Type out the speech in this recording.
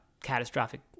catastrophic